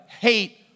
hate